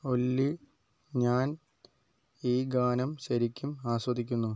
ഒല്ലി ഞാൻ ഈ ഗാനം ശരിക്കും ആസ്വദിക്കുന്നു